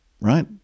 right